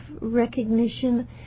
recognition